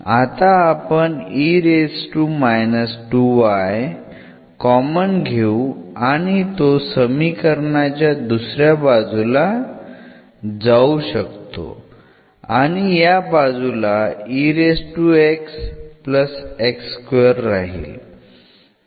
आता आपण कॉमन घेऊ आणि तो समीकरणाच्या दुसऱ्या बाजूला जाऊ शकतो आणि या बाजूला राहील